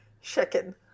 Chicken